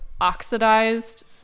oxidized